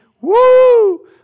Woo